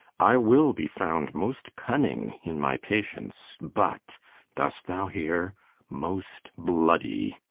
i will be found most cunning in my patience but dost thou hear most bloody.